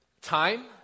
Time